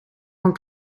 van